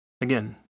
Again